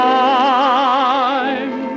time